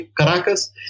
Caracas